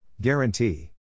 Guarantee